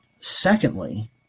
Secondly